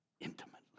intimately